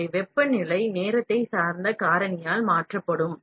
எனவே வெப்பநிலை நேரத்தை சார்ந்த காரணியால் மாற்றப்படும்